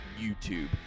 YouTube